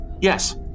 yes